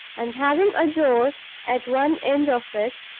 and having a door at one end of it,